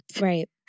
right